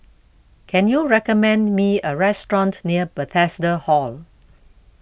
can you recommend me a restaurant near Bethesda Hall